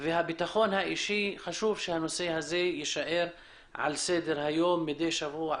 והביטחון האישי, יישאר על סדר היום מידי שבוע.